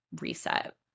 reset